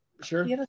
Sure